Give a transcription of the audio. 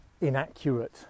inaccurate